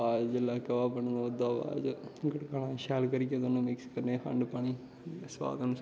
पाओ दुध्द बनाओ ओह्दै शा बाद शै करिया मिक्स करियै खंड पानी सोआद अनुसार